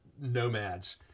nomads